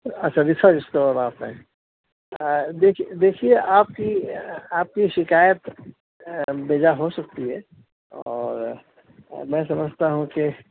اچھا research scholar آپ ہے دیکھیے دیکھیے آپ کی آپ کی شکایت بجا ہو سکتی ہے اور میں سمجھتا ہوں کہ